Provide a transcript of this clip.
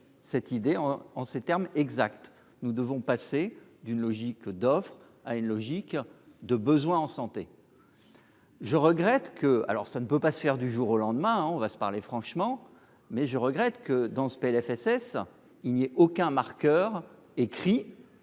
cette idée en en ces termes exacts, nous devons passer d'une logique d'offre à une logique de besoins en santé, je regrette que, alors ça ne peut pas se faire du jour au lendemain, on va se parler franchement, mais je regrette que, dans ce PLFSS il n'y a aucun marqueur écrit